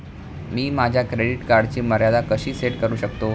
मी माझ्या क्रेडिट कार्डची मर्यादा कशी सेट करू शकतो?